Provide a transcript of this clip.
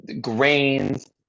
grains